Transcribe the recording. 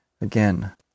Again